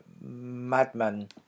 madman